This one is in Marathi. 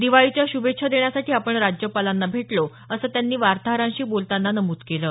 दिवाळीच्या श्भेच्छा देण्यासाठी आपण राज्यपालांना भेटलो असं त्यांनी वार्ताहरांशी बोलतांना नमूद केलं आहे